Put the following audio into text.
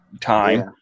time